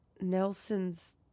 Nelson's